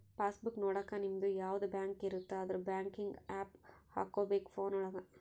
pass book ನೊಡಕ ನಿಮ್ಡು ಯಾವದ ಬ್ಯಾಂಕ್ ಇರುತ್ತ ಅದುರ್ ಬ್ಯಾಂಕಿಂಗ್ ಆಪ್ ಹಕೋಬೇಕ್ ಫೋನ್ ಒಳಗ